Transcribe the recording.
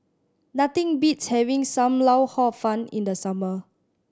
nothing beats having Sam Lau Hor Fun in the summer